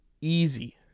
Easy